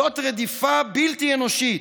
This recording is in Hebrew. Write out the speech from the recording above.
זאת רדיפה בלתי אנושית.